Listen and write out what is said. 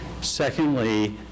Secondly